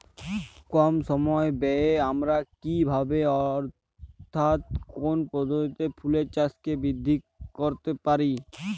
কম সময় ব্যায়ে আমরা কি ভাবে অর্থাৎ কোন পদ্ধতিতে ফুলের চাষকে বৃদ্ধি করতে পারি?